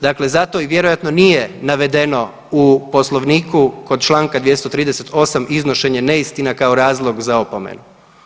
Dakle, zato i vjerojatno nije navedeno u Poslovniku kod Članka 238. iznošenje neistina kao razlog za opomenu.